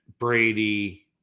Brady